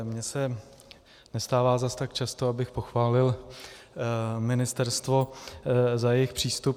Mně se nestává zas tak často, abych pochválil ministerstvo za jejich přístup.